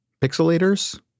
pixelators